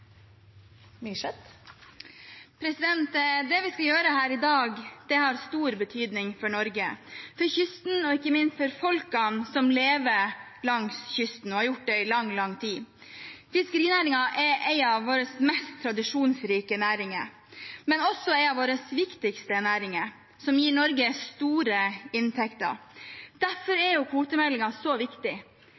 Det vi skal gjøre her i dag, har stor betydning for Norge, for kysten, ikke minst for folket som lever langs kysten, og som har gjort det i lang, lang tid. Fiskerinæringen er en av våre mest tradisjonsrike næringer, men også en av våre viktigste næringer, og gir Norge store inntekter. Derfor er kvotemeldingen så viktig.